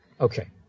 Okay